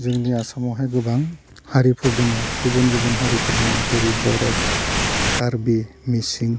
जोंनि आसामावहाय गोबां हारिफोर दङ गुबुन गुबुन हारिफोर दङ जेरै बर' कार्बि मिसिं